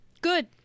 Good